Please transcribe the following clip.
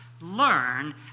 learn